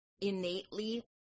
innately